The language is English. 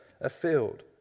afield